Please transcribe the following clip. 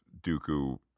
dooku